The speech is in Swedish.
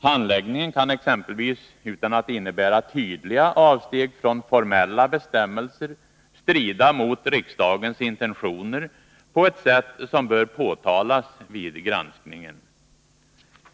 Handläggningen kan exempelvis, utan att innebära tydliga avsteg från formella bestämmelser, strida mot riksdagens intentioner på ett sätt som bör påtalas vid granskningen.